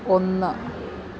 ഒന്ന്